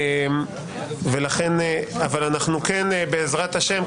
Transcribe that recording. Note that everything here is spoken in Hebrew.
אבל כן בעזרת השם,